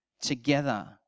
together